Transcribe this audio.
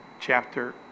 chapter